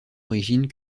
origine